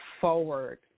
forward